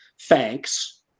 thanks